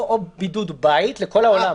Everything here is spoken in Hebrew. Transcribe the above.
או בידוד בית לכל העולם.